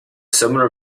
similar